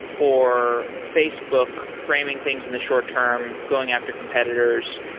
or facebook framing things in the short term going after competitors.